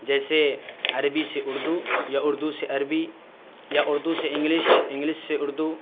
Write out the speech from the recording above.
جیسے عربی سے اردو یا اردو سے عربی یا اردو سے انگلش انگلش سے اردو